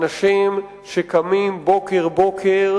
אנשים שקמים בוקר-בוקר,